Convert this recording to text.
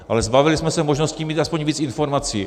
Ale zbavili jsme se možností mít aspoň víc informací.